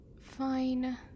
Fine